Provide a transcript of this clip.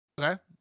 Okay